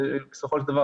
בסופו של דבר,